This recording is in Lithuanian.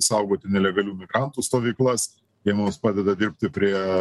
saugoti nelegalių migrantų stovyklas jie mums padeda dirbti prie